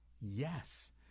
Yes